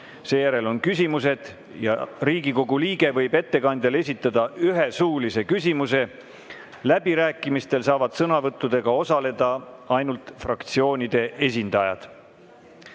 Seejärel on küsimused ja Riigikogu liige võib ettekandjale esitada ühe suulise küsimuse. Läbirääkimistel saavad sõnavõttudega osaleda ainult fraktsioonide esindajad.